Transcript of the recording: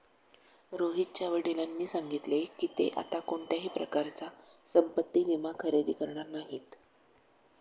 रोहितच्या वडिलांनी सांगितले की, ते आता कोणत्याही प्रकारचा संपत्ति विमा खरेदी करणार नाहीत